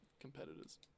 competitors